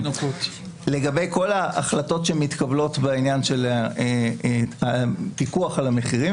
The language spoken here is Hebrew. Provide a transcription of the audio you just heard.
לגבי כל ההחלטות שמתקבלות בעניין של הפיקוח על המחירים,